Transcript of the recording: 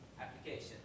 application